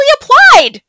applied